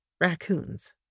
raccoons